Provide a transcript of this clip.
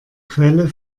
quelle